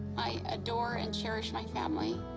i adore and cherish my family.